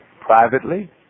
privately